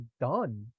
done